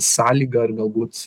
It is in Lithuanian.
sąlyga ir galbūt